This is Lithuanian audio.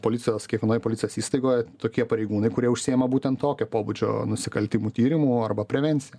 policijos kiekvienoj policijos įstaigoj tokie pareigūnai kurie užsiima būtent tokio pobūdžio nusikaltimų tyrimu arba prevencija